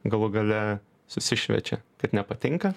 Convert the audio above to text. galų gale susišviečia kad nepatinka